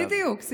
את, בדיוק.